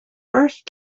first